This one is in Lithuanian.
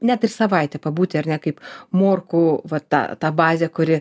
net ir savaitę pabūti ar ne kaip morkų va ta ta bazė kuri